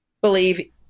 believe